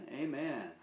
Amen